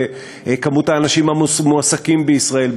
במספר האנשים המועסקים בישראל,